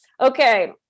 Okay